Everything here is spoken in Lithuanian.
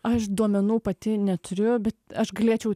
aš duomenų pati neturiu bet aš galėčiau